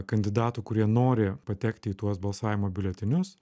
kandidatų kurie nori patekti į tuos balsavimo biuletenius